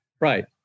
Right